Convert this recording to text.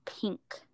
pink